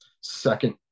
second